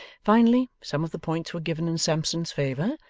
finally, some of the points were given in sampson's favour,